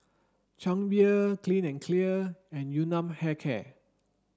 Chang Beer Clean and Clear and Yun Nam Hair Care